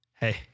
hey